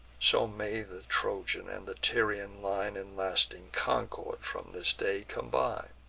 so may the trojan and the tyrian line in lasting concord from this day combine.